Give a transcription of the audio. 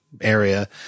area